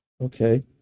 Okay